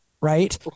right